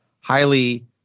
highly